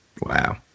Wow